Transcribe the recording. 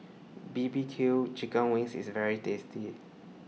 B B Q Chicken Wings IS very tasty